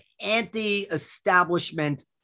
anti-establishment